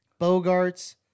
Bogarts